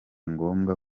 ngombwa